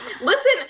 listen